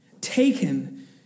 Taken